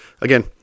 again